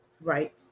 Right